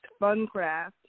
FunCraft